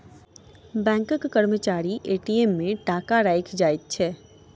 बैंकक कर्मचारी ए.टी.एम मे टाका राइख जाइत छै